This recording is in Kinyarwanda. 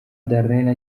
darlene